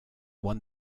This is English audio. won